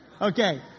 Okay